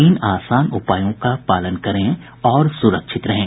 तीन आसान उपायों का पालन करें और सुरक्षित रहें